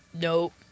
Nope